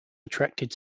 attracted